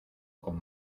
con